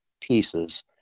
pieces